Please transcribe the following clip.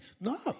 No